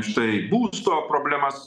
štai būsto problemas